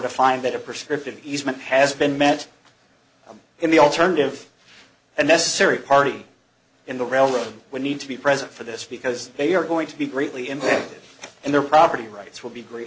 to find that a prescriptive easement has been met i'm in the alternative and necessary party in the railroad we need to be present for this because they are going to be greatly impacted and their property rights will be great